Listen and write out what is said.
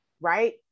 right